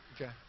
Okay